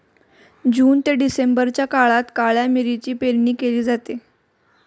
जून ते डिसेंबरच्या काळात काळ्या मिरीची पेरणी केली जाते